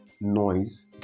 noise